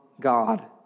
God